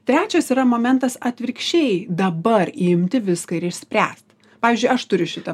trečias yra momentas atvirkščiai dabar imti viską ir išspręst pavyzdžiui aš turiu šitą